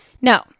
No